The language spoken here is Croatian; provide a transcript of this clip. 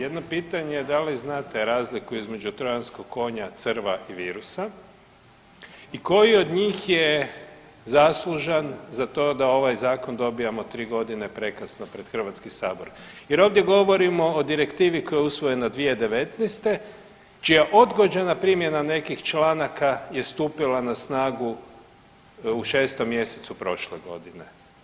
Jedno je pitanje da li znate razliku između Trojanskog konja, crva i virusa i koji od njih je zaslužan da ovaj zakon dobivamo tri godine prekasno pred Hrvatski sabor jer ovdje govorimo o Direktivi koja je usvojena 2019. čija odgođena primjena nekih članaka je stupila na snagu u 6 mjesecu prošle godine.